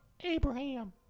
Abraham